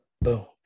boom